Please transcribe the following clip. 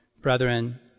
Brethren